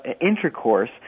intercourse